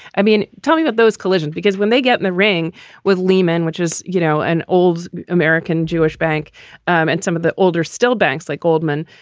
i mean, tell me that those collision because when they get in the ring with lehman, which is, you know, an old american jewish bank and some of the older still banks like goldman,